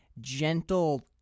gentle